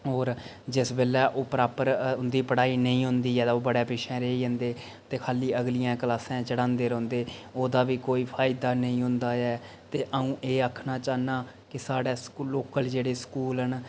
होर जिस बेल्लै ओह् प्रापर उंदी पढ़ाई नेईं होंदी ऐ ते ओह् बड़े पिच्छें रेही जंदे ते खाल्ली अगलियें क्लासें चढ़ांदे रौंह्दे ओह्दा बी कोई फायदा नेईं होंदा ऐ ते अंऊ एह् आक्खना चाह्न्नां कि साढ़े स्कू लोकल जेह्ड़े स्कूल न